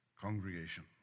congregation